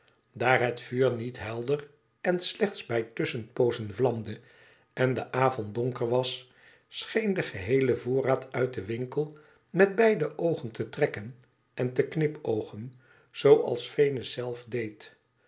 daar het vuur niet helder en slechts bij tusschenpoozen vlamde en de avond donker was scheen de geheele voorraad uit den winkel met beide oogen te trekken en te knipoogen zooals venus zelf deed